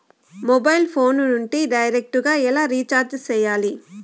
mobile phone నుండి direct గా ఎలా రీచార్జి సేయాలి